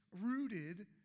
rooted